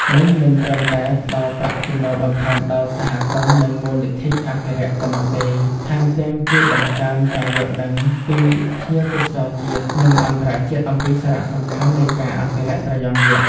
នេះមិនត្រឹមតែផ្តល់ប្រាក់ចំណូលបន្ថែមដល់សហគមន៍ និងមូលនិធិអភិរក្សប៉ុណ្ណោះទេ ថែមទាំងជួយបង្កើនការយល់ដឹងពីភ្ញៀវទេសចរជាតិ និងអន្តរជាតិអំពីសារៈសំខាន់នៃការអភិរក្សត្រយងយក្ស។